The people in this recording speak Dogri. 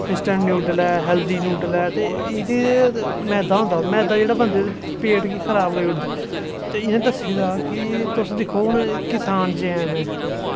इस टैम न्यूडल ऐ हैल्दी न्यूडल ऐ ते एह्दे च मैदा होंदा मैदा जेह्ड़ा पेट गी खराब करी ओड़दा ते इ'यां सद्दे दा कि तुस दिक्खो किसान जे हैं में